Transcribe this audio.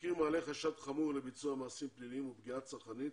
התחקיר מעלה חשד חמור לביצוע מעשים פליליים ופגיעה צרכנית